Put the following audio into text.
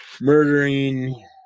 murdering